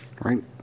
Right